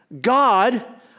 God